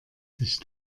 sich